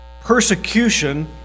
Persecution